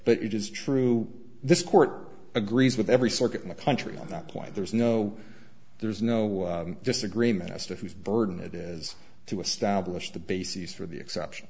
it is true this court agrees with every circuit in the pantry on that point there's no there's no disagreement as to whose burden it is to establish the bases for the exception